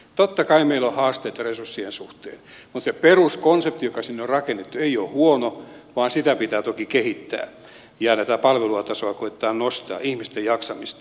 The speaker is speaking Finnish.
totta kai meillä on haasteita resurssien suhteen mutta se peruskonsepti joka sinne on rakennettu ei ole huono joskin sitä pitää toki kehittää ja tätä palvelun tasoa ja ihmisten jaksamista koettaa nostaa